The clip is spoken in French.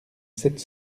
sept